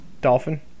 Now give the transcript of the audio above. dolphin